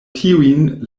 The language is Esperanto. tiujn